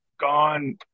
gone